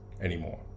anymore